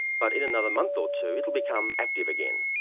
but in another month or two it will become active again.